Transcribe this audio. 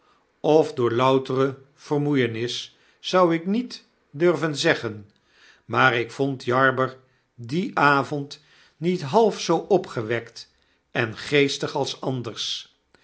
of door loutere vermoeienis zou ik niet durven zeggen maar ik vond jarber dien avond niet half zoo opgewekt en geestig als anders